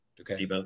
Okay